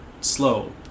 slow